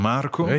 Marco